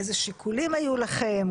אילו שיקולים היו לכם,